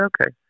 okay